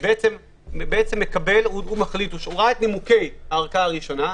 וראה את נימוקי הערכאה הראשונה,